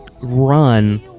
run